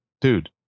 dude